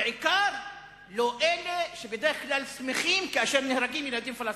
בעיקר לא אלה שבדרך כלל שמחים כאשר נהרגים ילדים פלסטינים.